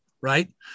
right